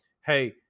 Hey